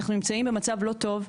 אנחנו נמצאים במצב לא טוב,